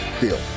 Deal